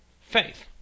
faith